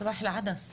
סבאח אל ח'יר.